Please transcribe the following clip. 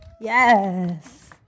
Yes